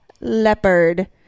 leopard